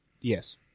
Yes